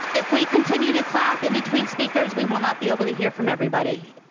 if we continue to clap and between speakers, we will not be able to hear from everybody,